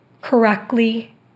correctly